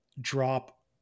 drop